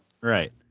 Right